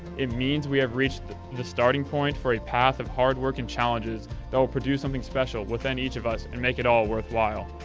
it means we have reached the starting point for a path of hard work and challenges that will produce something special within each of us and make it all worthwhile.